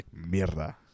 Mierda